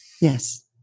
Yes